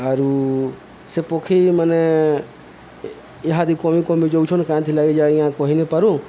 ଆରୁ ସେ ପକ୍ଷୀ ମାନେ ଇହାଦେ କମି କମି ଯାଉଛନ୍ କାଁଥି କହିନପାରୁ